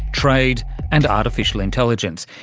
trade and artificial intelligence.